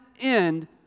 end